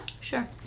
Sure